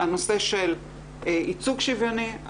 הנושא של ייצוג שוויוני,